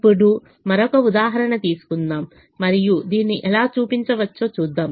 ఇప్పుడు మరొక ఉదాహరణ తీసుకుందాం మరియు దీన్ని ఎలా చూపించవచ్చో చూద్దాం